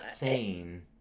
insane